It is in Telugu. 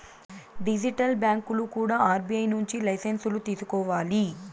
డిజిటల్ బ్యాంకులు కూడా ఆర్బీఐ నుంచి లైసెన్సులు తీసుకోవాలి